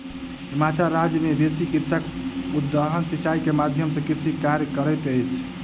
हिमाचल राज्य मे बेसी कृषक उद्वहन सिचाई के माध्यम सॅ कृषि कार्य करैत अछि